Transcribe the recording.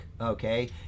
okay